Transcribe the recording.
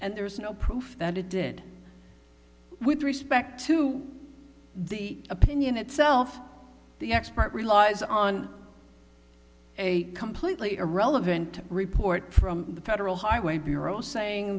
and there is no proof that it did with respect to the opinion itself the expert relies on a completely irrelevant report from the federal highway bureau saying